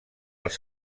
els